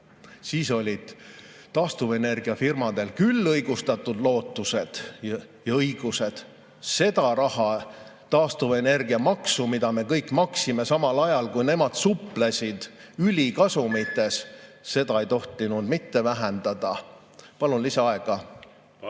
siis olid taastuvenergiafirmadel küll õigustatud lootused ja õigused. Seda raha, taastuvenergiamaksu, mida me kõik maksime, samal ajal kui nemad suplesid ülikasumites, ei tohtinud mitte vähendada … Palun lisaaega. Palun,